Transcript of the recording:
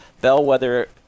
bellwether